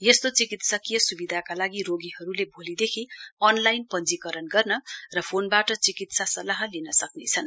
यस्तो चिकित्सकीय सुविधाका लागि रोगीहरूले भोलिदेखि अनलाइन पश्चीकरण गर्न र फोनबाट चिकित्सा सल्लाह लिन सक्रेछन्